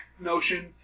notion